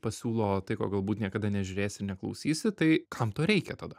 pasiūlo tai ko galbūt niekada nežiūrėsi ir neklausysi tai kam tau reikia tada